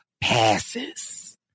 passes